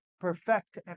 perfect